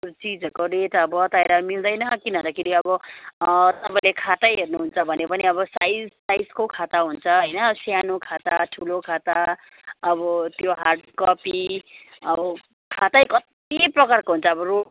चिजहरूको रेट बताएर मिल्दैन किन भन्दाखेरि अब तपाईँले खातै हेर्नुहुन्छ भने पनि अब साइज साइजको खाता हुन्छ होइन सानो खाता ठुलो खाता अब त्यो हार्ड कपी अब खातै कत्ति प्रकारको हुन्छ अब रोल